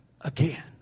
Again